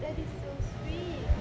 that is so sweet